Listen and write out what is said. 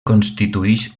constituïx